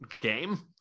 game